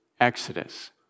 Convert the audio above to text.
Exodus